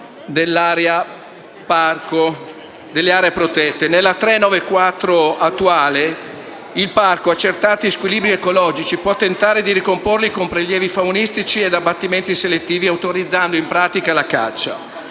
vigente, il parco, accertati squilibri ecologici, può tentare di ricomporli con prelievi faunistici e abbattimenti selettivi, autorizzando in pratica la caccia.